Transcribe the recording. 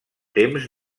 temps